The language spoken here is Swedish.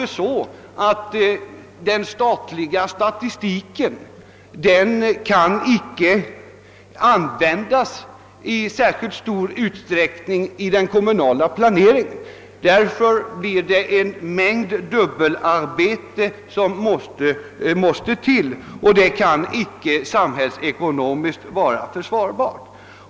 I dag kan den statliga statistiken inte användas i någon nämnvärd utsträckning i den kommunala planeringen. Därför måste en mängd dubbelarbete utföras, och det kan inte vara samhällsekonomiskt försvarbart.